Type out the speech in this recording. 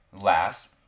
Last